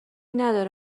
نداره